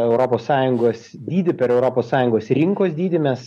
europos sąjungos dydį per europos sąjungos rinkos dydį mes